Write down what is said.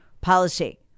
policy